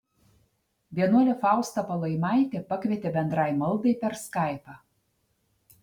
vienuolė fausta palaimaitė pakvietė bendrai maldai per skaipą